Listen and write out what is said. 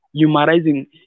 Humorizing